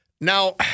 Now